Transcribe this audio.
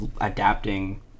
adapting